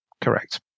Correct